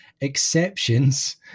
exceptions